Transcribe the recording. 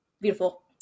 Beautiful